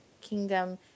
kingdom